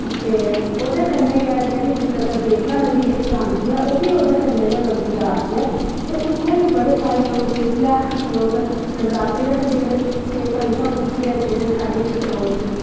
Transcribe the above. ते ओह्दे कन्नै दा गै जेह्ड़ी देवका नदी उप्परा दा औंदी ऐ ते ओह्बी ओह्दे कन्नै गै जा दी ऐ ते उत्थै बी बड़े सारे लोक जिसलै नवरात्रे रखदे न ते कंजकां पूज्जियै जेह्ड़ी साढ़ी ओह् होंदी